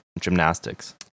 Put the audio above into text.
gymnastics